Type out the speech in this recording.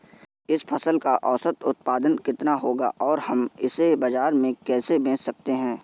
इस फसल का औसत उत्पादन कितना होगा और हम इसे बाजार में कैसे बेच सकते हैं?